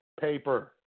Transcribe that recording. paper